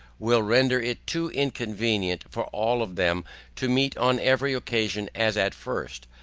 will render it too inconvenient for all of them to meet on every occasion as at first,